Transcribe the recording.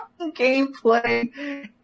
gameplay